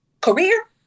career